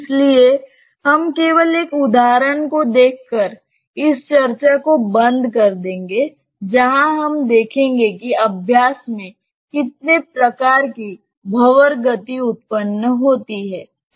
इसलिए हम केवल एक उदाहरण को देखकर इस चर्चा को बंद कर देंगे जहां हम देखेंगे कि अभ्यास में कितने प्रकार की भंवर गति उत्पन्न होती है